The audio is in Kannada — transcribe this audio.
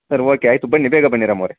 ಸರ್ ಓಕೆ ಆಯಿತು ಬನ್ನಿ ಬೇಗ ಬನ್ನಿ ರಾಮು ಅವರೇ